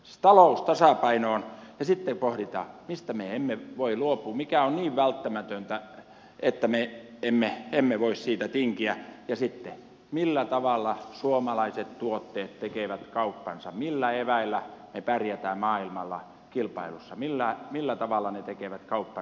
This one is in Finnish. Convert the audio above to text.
siis talous tasapainoon ja sitten pohditaan mistä me emme voi luopua mikä on niin välttämätöntä että me emme voi siitä tinkiä ja sitten millä tavalla suomalaiset tuotteet tekevät kauppansa millä eväillä me pärjäämme maailmalla kilpailussa millä tavalla tuotteet tekevät kauppansa tulevaisuudessa